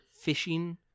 fishing